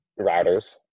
routers